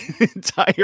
entire